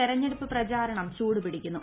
തെരഞ്ഞെടുപ്പ് പ്രചാരണം ചൂടുപിടിക്കുന്നു